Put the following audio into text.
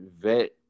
vet